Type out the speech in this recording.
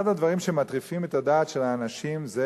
אחד הדברים שמטריפים את הדעת של האנשים זה